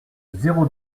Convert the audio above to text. zéro